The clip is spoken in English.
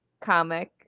comic